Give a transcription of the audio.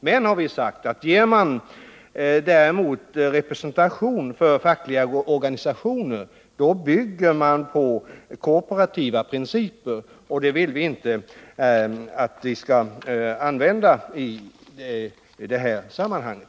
Men, har vi sagt, ger man representation för fackliga organisationer bygger man på korporativa principer, och sådana vill vi inte använda i det här sammanhanget.